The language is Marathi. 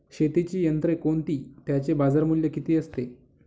शेतीची यंत्रे कोणती? त्याचे बाजारमूल्य किती असते?